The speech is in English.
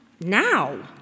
Now